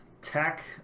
tech